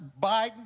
Biden